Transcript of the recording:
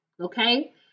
Okay